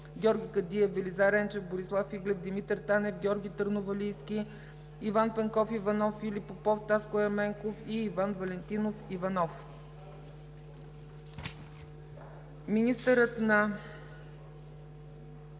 Георги Кадиев; Велизар Енчев; Борислав Иглев; Димитър Танев; Георги Търновалийски; Иван Пенков Иванов; Филип Попов; Таско Ерменков; и Иван Валентинов Иванов. На основание